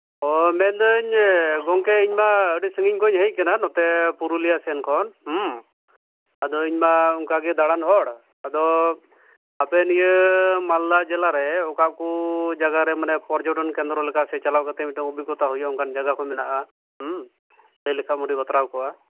ᱚ ᱢᱮᱱᱫᱟᱹᱧ ᱜᱚᱢᱠᱮ ᱤᱧᱢᱟ ᱟᱹᱰᱤ ᱥᱟᱺᱜᱤᱧ ᱠᱷᱚᱱᱤᱧ ᱦᱮᱡ ᱟᱠᱟᱱᱟ ᱱᱚᱛᱮ ᱯᱩᱨᱩᱞᱤᱭᱟᱹ ᱥᱮᱱ ᱠᱷᱚᱱ ᱟᱫᱚ ᱤᱧᱢᱟ ᱚᱱᱠᱟᱜᱮ ᱫᱟᱬᱟᱱ ᱦᱚᱲ ᱟᱫᱚ ᱟᱯᱮ ᱱᱤᱭᱟᱹ ᱢᱟᱞᱫᱟ ᱡᱮᱞᱟ ᱨᱮ ᱚᱠᱟ ᱠᱚ ᱡᱟᱭᱜᱟᱨᱮ ᱢᱟᱱᱮ ᱯᱚᱨᱡᱚᱴᱚᱱ ᱠᱮᱱᱫᱨᱚ ᱞᱮᱠᱟ ᱥᱮ ᱪᱟᱞᱟᱣ ᱠᱟᱛᱮ ᱢᱤᱫᱴᱮᱱ ᱚᱵᱷᱤᱜᱽᱜᱚᱛᱟ ᱦᱩᱭᱩᱜᱼᱟ ᱚᱱᱠᱟᱱ ᱡᱟᱭᱜᱟ ᱠᱚ ᱢᱮᱱᱟᱜᱼᱟ ᱞᱟᱹᱭ ᱞᱮᱠᱷᱟᱡ ᱮᱢ ᱟᱹᱰᱤ ᱵᱟᱛᱨᱟᱣ ᱠᱚᱜᱼᱟ